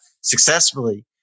successfully